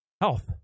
health